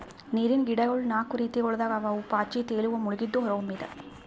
ನೀರಿನ್ ಗಿಡಗೊಳ್ ನಾಕು ರೀತಿಗೊಳ್ದಾಗ್ ಅವಾ ಅವು ಪಾಚಿ, ತೇಲುವ, ಮುಳುಗಿದ್ದು, ಹೊರಹೊಮ್ಮಿದ್